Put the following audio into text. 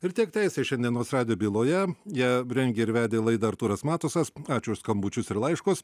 ir tiek teisės šiandienos radijo byloje ją rengė ir vedė laidą artūras matusas ačiū už skambučius ir laiškus